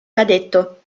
cadetto